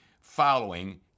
following